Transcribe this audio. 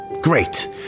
Great